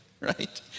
right